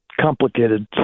Complicated